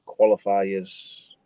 qualifiers